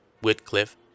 Whitcliffe